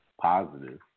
positive